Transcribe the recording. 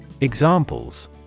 Examples